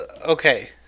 Okay